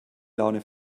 laune